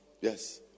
Yes